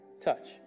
touch